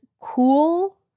cool